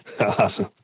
Awesome